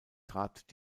trat